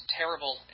terrible